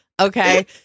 okay